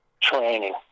training